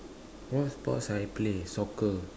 what sports I play soccer